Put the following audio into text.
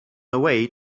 away